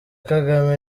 kagame